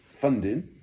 funding